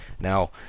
Now